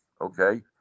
okay